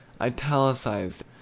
italicized